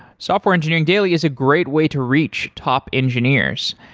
software engineering daily is a great way to reach top engineers.